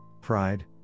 pride